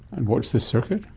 and what's the circuit?